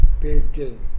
building